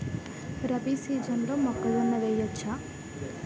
రబీ సీజన్లో మొక్కజొన్న వెయ్యచ్చా?